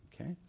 Okay